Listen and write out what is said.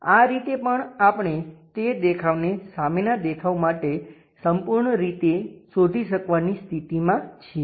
આ રીતે પણ આપણે તે દેખાવને સામેના દેખાવ માટે સંપૂર્ણ રીતે શોધી શકવાની સ્થિતિમાં છીએ